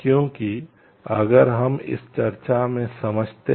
क्योंकि अगर हम इस चर्चा से समझते हैं